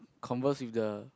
converse with the